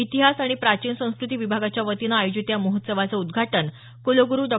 इतिहास आणि प्राचीन संस्कृती विभागाच्यावतीनं आयोजित या महोत्सवाचं उद्घाटन कुलगुरु डॉ